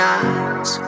eyes